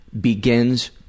begins